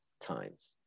times